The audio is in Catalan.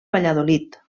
valladolid